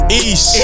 east